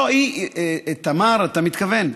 תמר, אתה מתכוון?